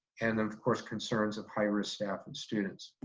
and of course, concerns of high-risk staff and students.